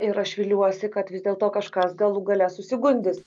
ir aš viliuosi kad vis dėlto kažkas galų gale susigundys